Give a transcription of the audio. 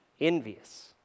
Envious